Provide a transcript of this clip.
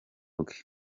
bwe